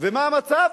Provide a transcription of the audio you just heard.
ומה המצב?